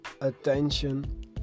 attention